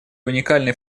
уникальный